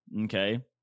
Okay